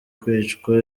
kwicwa